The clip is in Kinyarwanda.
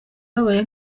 babaye